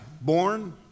born